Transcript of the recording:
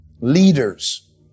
leaders